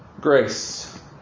Grace